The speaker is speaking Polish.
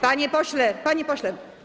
Panie pośle, panie pośle.